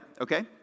Okay